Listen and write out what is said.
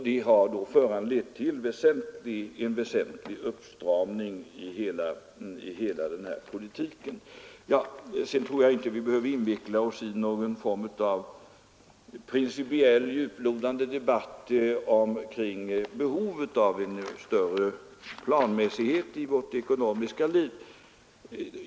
Det har föranlett en väsentlig uppstramning av hela den här politiken. Sedan tror jag inte vi behöver inveckla oss i någon form av principiell och djuplodande debatt kring behovet av en större planmässighet i vårt ekonomiska liv.